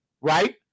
Right